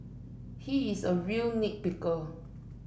he is a real nit picker